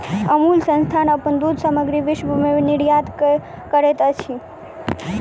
अमूल संस्थान अपन दूध सामग्री विश्व में निर्यात करैत अछि